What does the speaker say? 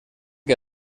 que